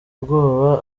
ubwoba